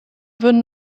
würden